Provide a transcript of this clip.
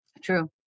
True